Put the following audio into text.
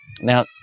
Now